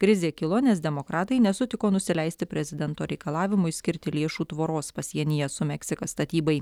krizė kilo nes demokratai nesutiko nusileisti prezidento reikalavimui skirti lėšų tvoros pasienyje su meksika statybai